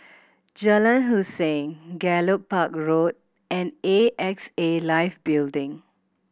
Jalan Hussein Gallop Park Road and A X A Life Building